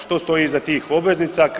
Što stoji iza tih obveznica?